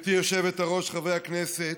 גברתי היושבת-ראש, חברי הכנסת,